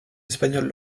espagnols